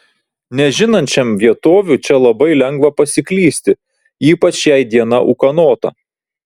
nežinančiam vietovių čia labai lengva pasiklysti ypač jei diena ūkanota